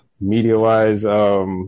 Media-wise